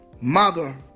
Mother